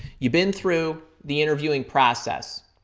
you've been through the interviewing process,